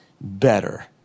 better